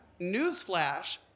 newsflash